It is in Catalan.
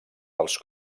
dels